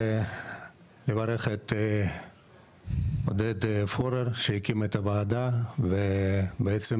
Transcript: ולברך את עודד פורר שהקים את הוועדה ובעצם,